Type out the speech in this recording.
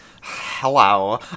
Hello